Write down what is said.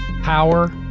power